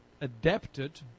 adapted